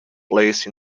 place